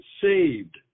saved